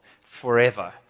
forever